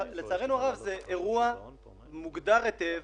זה אירוע מוגדר היטב,